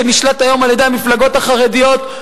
שנשלט היום על-ידי המפלגות החרדיות,